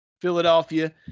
Philadelphia